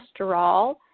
cholesterol